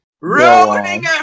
ruining